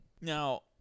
now